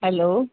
hello